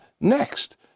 next